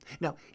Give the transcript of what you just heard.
Now